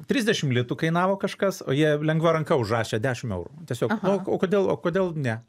trisdešim litų kainavo kažkas o jie lengva ranka užrašė dešim eurų tiesiog o o kodėl o kodėl ne